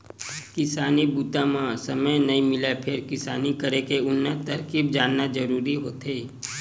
किसानी बूता म समे नइ मिलय फेर किसानी करे के उन्नत तरकीब जानना जरूरी होथे